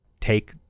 take